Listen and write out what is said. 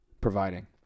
providing